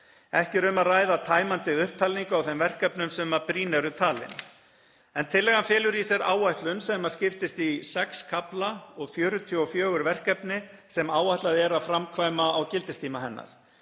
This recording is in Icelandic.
Ekki er um að ræða tæmandi upptalningu á þeim verkefnum sem brýn eru talin. Tillagan felur í sér áætlun sem skiptist í sex kafla og 44 verkefni sem áætlað er að framkvæma á gildistíma hennar.